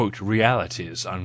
realities